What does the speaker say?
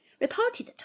reported